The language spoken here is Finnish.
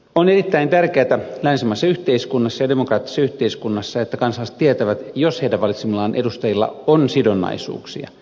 on erittäin tärkeätä länsimaisessa yhteiskunnassa ja demokraattisessa yhteiskunnassa että kansalaiset tietävät jos heidän valitsemillaan edustajilla on sidonnaisuuksia